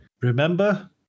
Remember